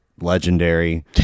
Legendary